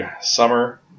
summer